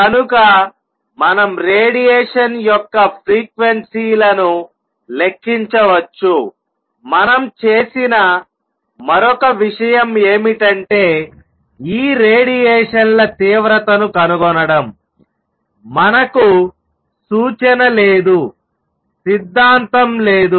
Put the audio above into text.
కనుక మనం రేడియేషన్ యొక్క ఫ్రీక్వెన్సీ లను లెక్కించవచ్చుమనం చేసిన మరొక విషయం ఏమిటంటే ఈ రేడియేషన్ల తీవ్రతను కనుగొనడం మనకు సూచన లేదు సిద్ధాంతం లేదు